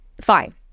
fine